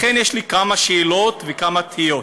לכן יש לי כמה שאלות וכמה תהיות.